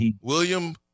William